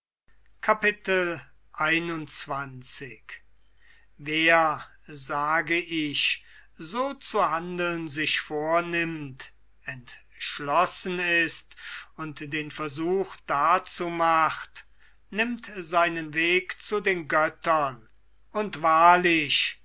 wer so zu handeln sich vornimmt entschlossen ist und den versuch dazu macht nimmt seinen weg zu den göttern und wahrlich